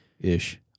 ish